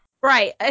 Right